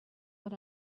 what